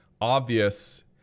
obvious